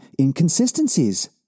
inconsistencies